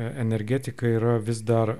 energetika yra vis dar